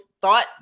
thought